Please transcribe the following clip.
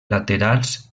laterals